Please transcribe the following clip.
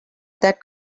that